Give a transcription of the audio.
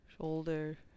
shoulder